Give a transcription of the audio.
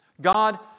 God